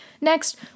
Next